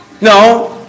no